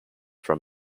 from